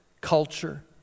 culture